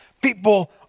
people